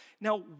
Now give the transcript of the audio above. now